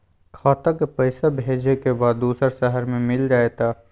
खाता के पईसा भेजेए के बा दुसर शहर में मिल जाए त?